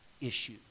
issue